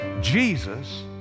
Jesus